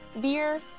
beer